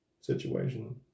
situation